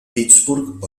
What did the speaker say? pittsburgh